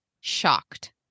shocked